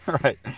Right